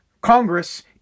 Congress